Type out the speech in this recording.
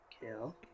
Kill